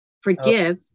forgive